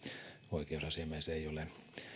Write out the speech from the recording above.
oikeusasiamies ei ole